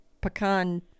pecan